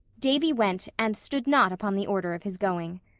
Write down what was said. davy went, and stood not upon the order of his going.